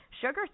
sugar